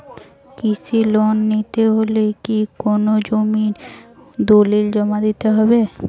কৃষি লোন নিতে হলে কি কোনো জমির দলিল জমা দিতে হবে?